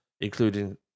including